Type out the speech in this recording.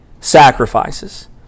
sacrifices